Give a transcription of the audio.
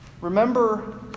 Remember